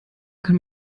kann